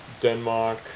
Denmark